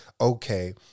okay